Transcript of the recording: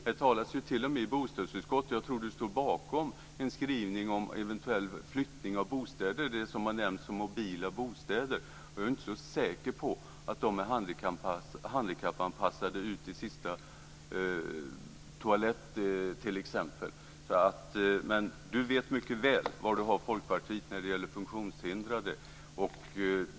Det finns t.o.m. en skrivning i bostadsutskottets betänkande om en eventuell flyttning av bostäder, s.k. mobila bostäder. Jag är inte så säker på att de är handikappanpassade till sista toalettutrymmet. Sten Lundström vet mycket väl var han har Folkpartiet när det gäller funktionshindrade.